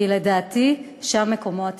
ולדעתי שם מקומו הטבעי.